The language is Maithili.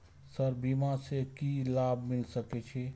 सर बीमा से की लाभ मिल सके छी?